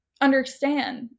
understand